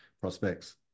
Prospects